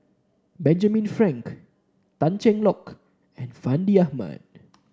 Benjamin Frank Tan Cheng Lock and Fandi Ahmad